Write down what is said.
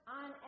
on